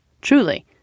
Truly